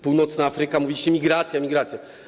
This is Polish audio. Północna Afryka - mówiliście: migracja, migracja.